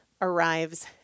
arrives